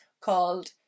called